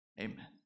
Amen